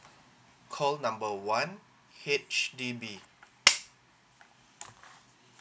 call number one H_D_B